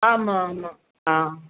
ஆமாம் ஆமாம் ஆ